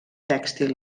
tèxtil